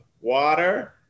water